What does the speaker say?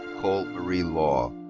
marie law.